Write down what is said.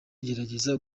gerageza